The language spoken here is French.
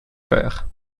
faire